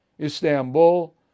Istanbul